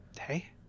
hey